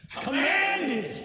Commanded